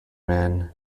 man